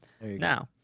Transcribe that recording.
Now